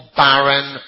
barren